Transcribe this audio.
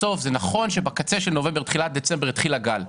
זה נכון שבקצה של נובמבר-תחילת דצמבר התחיל הגל,